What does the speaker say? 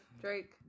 Drake